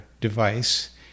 device